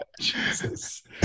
Jesus